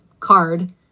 card